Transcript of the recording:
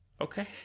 Okay